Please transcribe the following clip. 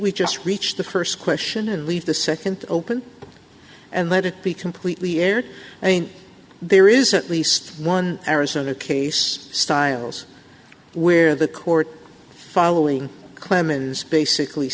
we just reach the st question and leave the nd open and let it be completely aired i mean there is at least one arizona case styles where the court following clemens basically